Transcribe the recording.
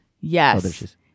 Yes